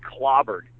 clobbered